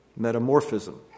metamorphism